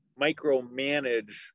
micromanage